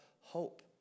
hope